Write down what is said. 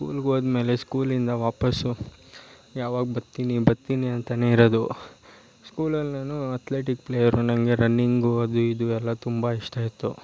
ಸ್ಕೂಲ್ಗೆ ಹೋದ್ಮೇಲೆ ಸ್ಕೂಲಿಂದ ವಾಪಸ್ಸು ಯಾವಾಗ ಬರ್ತೀನಿ ಬರ್ತೀನಿ ಅಂತಲೇ ಇರೋದು ಸ್ಕೂಲಲ್ಲಿ ನಾನು ಅತ್ಲೆಟಿಕ್ ಪ್ಲೇಯರು ನನಗೆ ರನ್ನಿಂಗು ಅದು ಇದು ಎಲ್ಲ ತುಂಬ ಇಷ್ಟ ಇತ್ತು